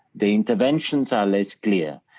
the interventions are less clear,